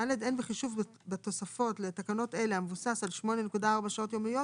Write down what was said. (ד) אין בחישוב בתוספות לתקנות אלה המבוסס על 8.4 שעות יומיות,